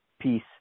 piece